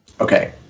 Okay